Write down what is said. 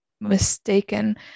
mistaken